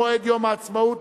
מועד יום העצמאות).